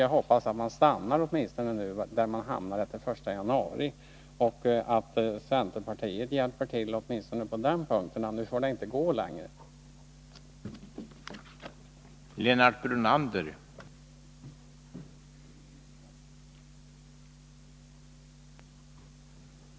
Jag hoppas att de stannar åtminstone på den nivå där de hamnar den 1 januari och att centerpartiet hjälper till att förhindra ytterligare sänkning. Nu får subventionerna inte sjunka ytterligare.